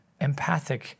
empathic